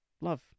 love